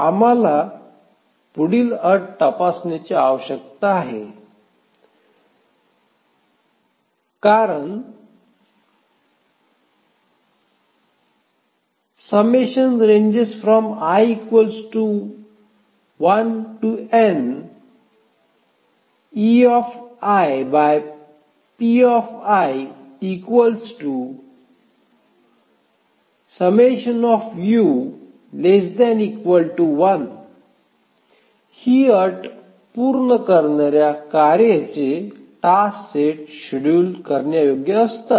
आम्हाला पुढील अटी तपासण्याची आवश्यकता आहे कारण ही अट पूर्ण करणार्या कार्येचे टास्क सेट शेड्यूल करण्यायोग्य असतात